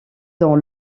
dans